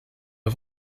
auf